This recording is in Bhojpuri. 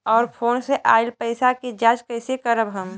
और फोन से आईल पैसा के जांच कैसे करब हम?